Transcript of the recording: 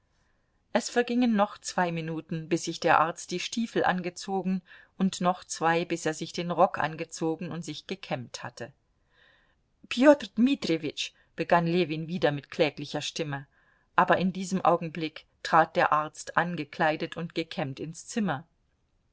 es vergingen noch zwei minuten bis sich der arzt die stiefel angezogen und noch zwei bis er sich den rock angezogen und sich gekämmt hatte peter dmitrijewitsch begann ljewin wieder mit kläglicher stimme aber in diesem augenblick trat der arzt angekleidet und gekämmt ins zimmer